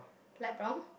light brown